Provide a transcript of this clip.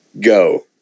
Go